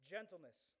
Gentleness